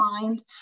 find